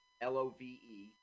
l-o-v-e